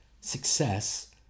success